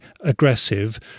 aggressive